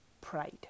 pride